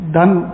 done